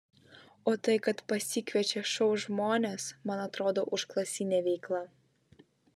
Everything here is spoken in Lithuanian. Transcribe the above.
o tai kad pasikviečia šou žmones man atrodo užklasinė veikla